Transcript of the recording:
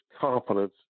confidence